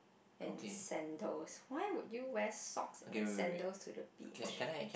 and sandals why would you wear socks and sandals to the beach